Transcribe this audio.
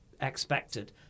expected